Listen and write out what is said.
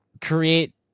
create